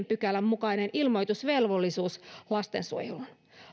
pykälän mukainen ilmoitusvelvollisuus lastensuojeluun